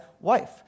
wife